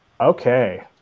Okay